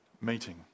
meeting